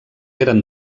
eren